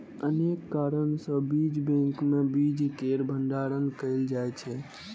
अनेक कारण सं बीज बैंक मे बीज केर भंडारण कैल जाइ छै